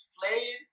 Slade